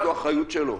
זו אחריות שלו.